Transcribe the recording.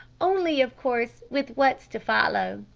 only, of course, with what's to follow,